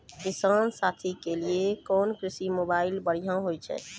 किसान साथी के लिए कोन कृषि मोबाइल बढ़िया होय छै?